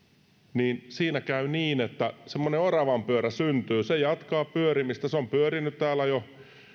joten siinä käy niin että semmoinen oravanpyörä syntyy se jatkaa pyörimistä se on pyörinyt täällä jo